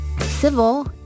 Civil